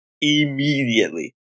Immediately